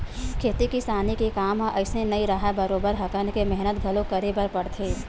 खेती किसानी के काम ह अइसने नइ राहय बरोबर हकन के मेहनत घलो करे बर परथे